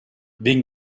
wegen